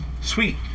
Sweet